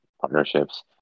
partnerships